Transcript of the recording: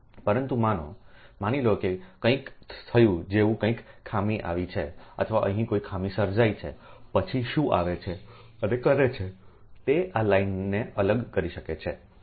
પરંતુ માનો માની લો કે કંઈક થયું જેવું કંઈક ખામી અહીં આવી છેઅથવા અહીં કોઈ ખામી સર્જાઇ છે પછી શું આવે છે અને કરે છે તે આ લાઇનને અલગ કરી શકાય છે